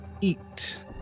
eat